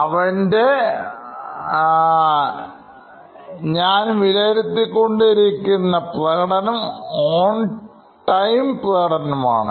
അവൻറെ ഞാൻ വിലയിരുത്തി കൊണ്ടിരിക്കുന്ന പ്രകടനം on time പ്രകടനം ആണ്